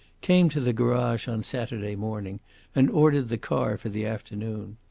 came to the garage on saturday morning and ordered the car for the afternoon.